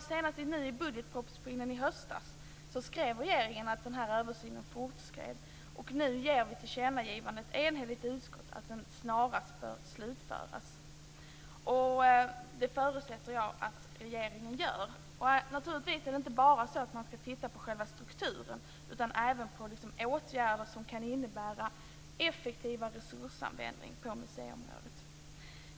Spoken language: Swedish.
Senast i budgetpropositionen i höstas skrev regeringen att översynen fortskred. Nu ger ett enhälligt utskott regeringen till känna att denna snarast bör slutföras. Det förutsätter jag att regeringen ser till. Naturligtvis ska man inte bara titta på själva strukturen, utan även på åtgärder som kan innebära effektivare resursanvändning på museiområdet.